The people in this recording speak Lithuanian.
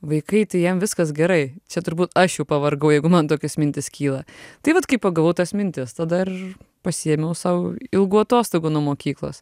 vaikai tai jiem viskas gerai čia turbūt aš jau pavargau jeigu man tokios mintys kyla tai vat kai pagavau tas mintis tada ir pasiėmiau sau ilgų atostogų nuo mokyklos